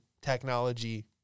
technology